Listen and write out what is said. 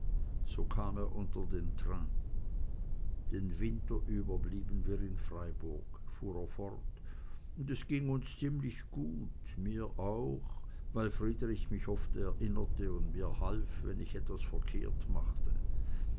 so kam er unter den train den winter über blieben wir in freiburg fuhr er fort und es ging uns ziemlich gut mir auch weil friedrich mich oft erinnerte und mir half wenn ich etwas verkehrt machte